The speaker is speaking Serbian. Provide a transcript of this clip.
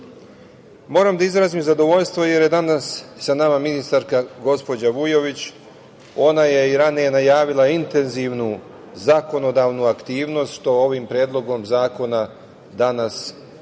da izrazim zadovoljstvo jer je danas sa nama ministarka, gospođa Vujović. Ona je i ranije najavila intenzivnu zakonodavnu aktivnost što ovim predlogom zakona danas i